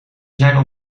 zijn